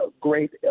great